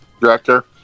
Director